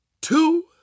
two